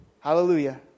Hallelujah